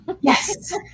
yes